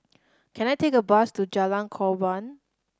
can I take a bus to Jalan Korban